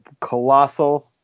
colossal